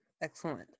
Excellent